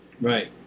Right